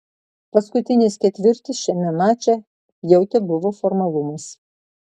paskutinis ketvirtis šiame mače jau tebuvo formalumas